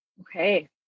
Okay